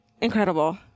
incredible